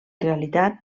realitat